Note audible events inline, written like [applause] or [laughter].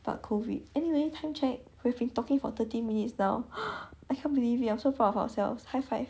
but COVID anyway time check we have been talking for thirty minutes now [noise] I can't believe it I'm so proud of ourselves high five